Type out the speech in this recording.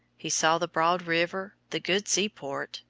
he saw the broad river, the good seaport,